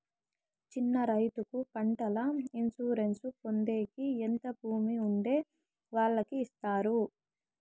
చిన్న రైతుకు పంటల ఇన్సూరెన్సు పొందేకి ఎంత భూమి ఉండే వాళ్ళకి ఇస్తారు?